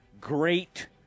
great